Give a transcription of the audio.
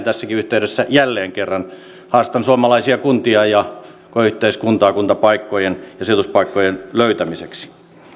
tässäkin yhteydessä jälleen kerran haastan suomalaisia kuntia ja koko yhteiskuntaa kuntapaikkojen ja sijoituspaikkojen löytämiseksi